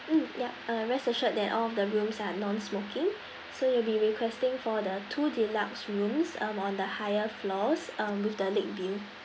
mm yup uh rest assured that all the rooms are non smoking so you'll be requesting for the two deluxe rooms um on the higher floors um with the lake view